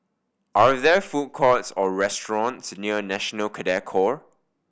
are there food courts or restaurants near National Cadet Corp